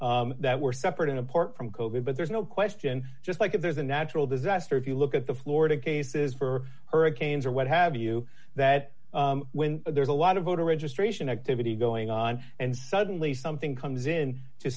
people that were separate and apart from kobe but there's no question just like if there's a natural disaster if you look at the florida cases for hurricanes or what have you that when there's a lot of voter registration activity going on and suddenly something comes in to